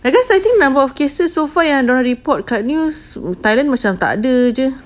because I think number of cases so far yang dorang report kat news thailand macam tak ada jer